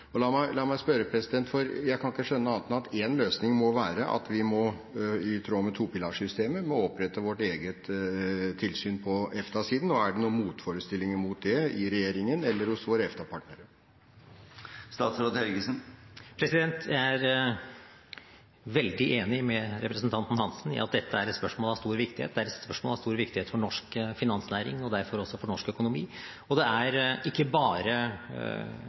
Og la meg spørre, for jeg kan ikke skjønne annet enn at én løsning må være at vi i tråd med topilarsystemet må opprette vårt eget tilsyn på EFTA-siden: Er det noen motforestillinger mot det i regjeringen eller hos våre EFTA-partnere? Jeg er veldig enig med representanten Hansen i at dette er et spørsmål av stor viktighet. Det er et spørsmål av stor viktighet for norsk finansnæring, og derfor også for norsk økonomi. Og det er ikke bare et problem for oss. Nordisk finansnæring er veldig integrert, og det betyr at det er interesse ikke bare